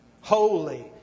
Holy